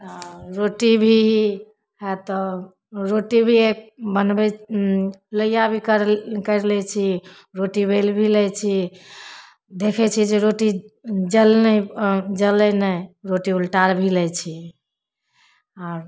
आओर रोटी भी हैत तब रोटी भी एक बनबै लोहिआ भी करि लै करि लै छी रोटी बेल भी लै छी देखै छी जे रोटी जलनै जलै नहि रोटी उल्टा आओर भी लै छी आओर